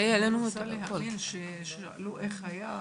אני רוצה להוסיף, שכשהתקשרו לשאול איך היה,